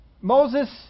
Moses